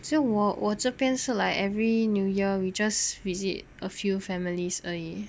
就我我这边是 like every new year we just visit a few families 而已